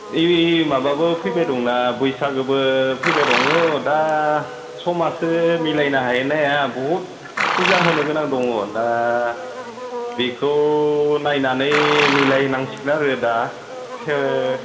ओइ माबाबो फैबाय दंना बैसागोबो फैबाय दङ दा समासो मिलायनो हायो ना हाया बहुत फुजा होनो गोनां दङ दा बेखौ नायनानै मिलाय नांसिगोन आरो दा